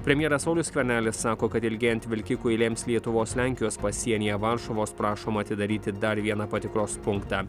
premjeras saulius skvernelis sako kad ilgėjant vilkikų eilėms lietuvos lenkijos pasienyje varšuvos prašoma atidaryti dar vieną patikros punktą